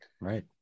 Right